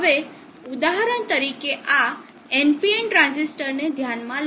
હવે ઉદાહરણ તરીકે આ NPN ટ્રાંઝિસ્ટરને ધ્યાનમાં લો